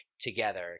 together